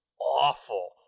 awful